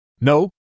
No